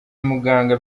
muganga